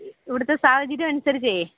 ഇവിടുത്തെ സാഹചര്യമനുസരിച്ചേ